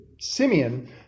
Simeon